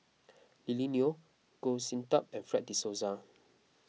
Lily Neo Goh Sin Tub and Fred De Souza